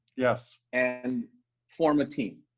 yes. and form a team.